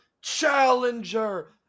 challenger